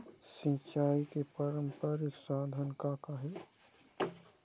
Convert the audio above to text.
सिचाई के पारंपरिक साधन का का हे?